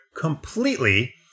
completely